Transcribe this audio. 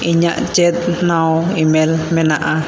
ᱤᱧᱟᱹᱜ ᱪᱮᱫ ᱱᱟᱣᱟ ᱤᱼᱢᱮᱞ ᱢᱮᱱᱟᱜᱼᱟ